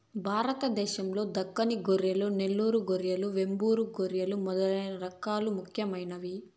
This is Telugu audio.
భారతదేశం లో దక్కని గొర్రెలు, నెల్లూరు గొర్రెలు, వెంబూరు గొర్రెలు మొదలైన రకాలు ముఖ్యమైనవి